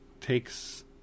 takes